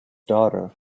daughter